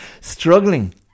struggling